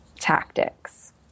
tactics